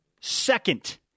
second